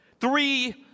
three